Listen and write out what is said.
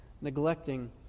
Neglecting